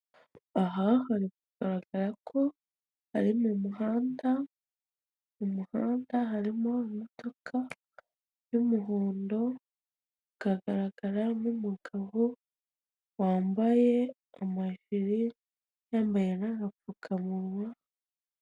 Aha hari kugaragara ko ari mu muhanda , mu muhanda harimo imodoka y'umuhondo hakagaragara n'umugabo wambaye umuhiri yambaye n'agapfukamunwa.